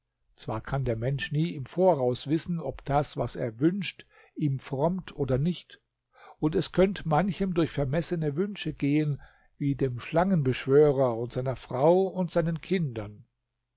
zwar kann der mensch nie im voraus wissen ob das was er wünscht ihm frommt oder nicht und es könnte manchem durch vermessene wünsche gehen wie dem schlangenbeschwörer und seiner frau und seinen kindern